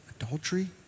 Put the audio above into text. adultery